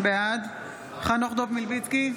בעד חנוך דב מלביצקי,